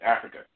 Africa